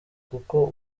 kuko